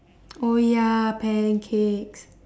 oh ya pancakes